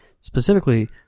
Specifically